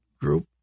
group